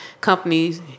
companies